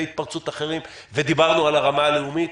התפרצות אחרים ודיברנו על הרמה הלאומית,